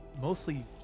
mostly